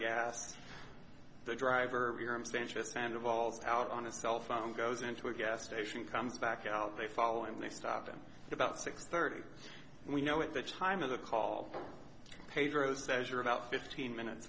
evolves out on his cell phone goes into a gas station comes back out they follow him they stop him about six thirty we know at the time of the call pedro says you're about fifteen minutes